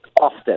often